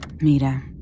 Mira